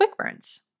QuickBurns